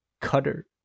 cutter